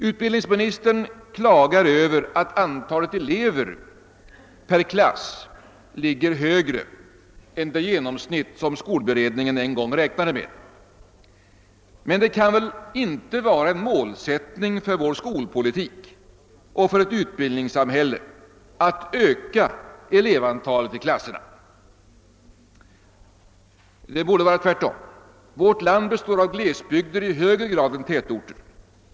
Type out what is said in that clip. Utbildningsministern klagar över att antalet elever per klass ligger högre än de genomsnitt som skolberedningen en gång räknade med, men det kan väl inte vara en målsättning för vår skolpolitik och för ett utbildningssamhälle att öka elevantalet i klasserna! Det borde vara tvärtom. Vårt land består av glesbyg der i högre grad än av tätorter.